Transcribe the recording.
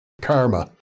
karma